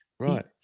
Right